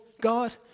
God